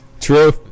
True